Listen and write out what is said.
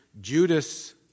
Judas